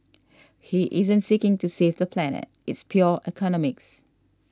he isn't seeking to save the planet it's pure economics